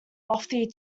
lofty